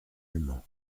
allemand